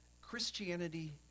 Christianity